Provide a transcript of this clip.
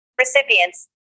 Recipients